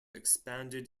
expanded